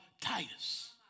Titus